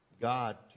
God